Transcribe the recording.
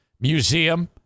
Museum